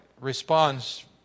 responds